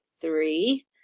three